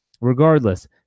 Regardless